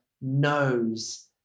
knows